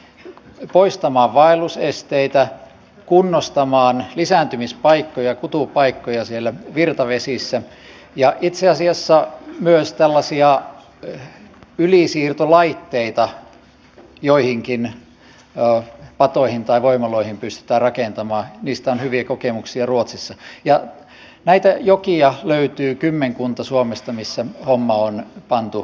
poistamaan vaellusesteitä kunnostamaan lisääntymispaikkoja kutupaikkoja siellä virtavesissä ja itse asiassa myös tällaisia ylisiirtolaitteita joihinkin patoihin tai voimaloihin pystytään rakentamaan niistä on hyviä kokemuksia ruotsissa ja suomesta löytyy kymmenkunta näitä jokia missä homma on pantu vireille